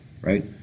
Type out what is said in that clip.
right